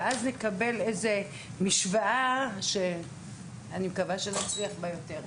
ואז נקבל איזו שהיא משוואה שאני מקווה שנצליח בה יותר.